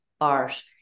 art